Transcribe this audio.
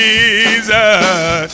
Jesus